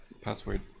password